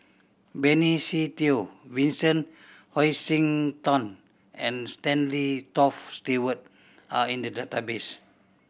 Benny Se Teo Vincent Hoisington and Stanley Toft Stewart are in the database